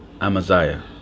Amaziah